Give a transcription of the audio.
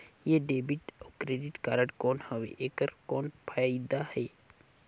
ये डेबिट अउ credit card कौन हवे एकर कौन फाइदा हे?